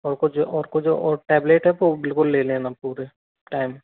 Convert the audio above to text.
और कुछ जो और कुछ जो और जो टेबलेट है वो बिल्कुल ले लेना पूरे टाइम